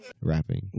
Rapping